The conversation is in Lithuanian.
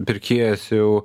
pirkėjas jau